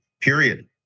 period